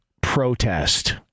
protest